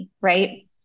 right